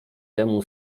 temu